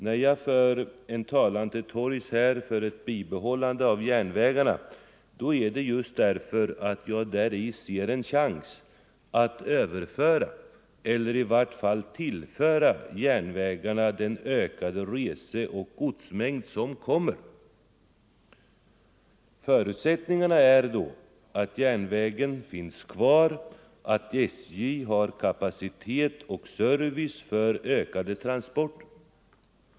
När jag för till torgs en önskan om bibehållande av järnvägarna gör jag det just därför att jag ser en chans att tillföra järnvägarna den kommande ökningen av reseoch godsmängd. Förutsättningarna är då att järnvägen finns kvar samt att SJ har kapacitet och service för ökade transporter.